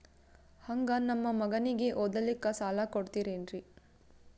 ಹಂಗ ನಮ್ಮ ಮಗನಿಗೆ ಓದಲಿಕ್ಕೆ ಸಾಲ ಕೊಡ್ತಿರೇನ್ರಿ?